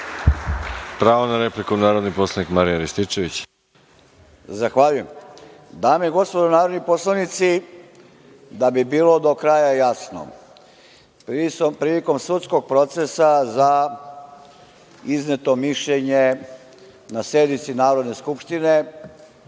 Pravo na repliku, narodni poslanik Marijan Rističević. **Marijan Rističević** Zahvaljujem. Dame i gospodo narodni poslanici, da bi bilo do kraja jasno, prilikom sudskog procesa za izneto mišljenje na sednici Narodne Skupštine,